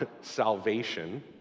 salvation